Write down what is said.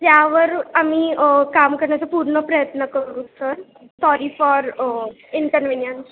त्यावर आम्ही काम करण्याचा पूर्ण प्रयत्न करू सर सॉरी फॉर इन्कनविनियन्स